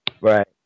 right